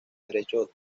derecho